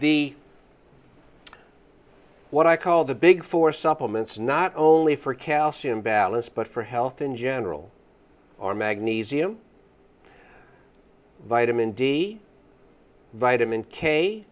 the what i call the big four supplements not only for calcium balance but for health in general are magnesium vitamin d vitamin k